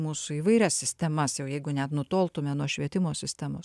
mūsų įvairias sistemas jau jeigu net nutoltume nuo švietimo sistemos